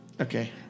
Okay